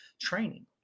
training